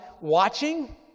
watching